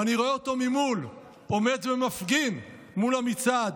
ואני רואה אותו ממול עומד ומפגין מול המצעד.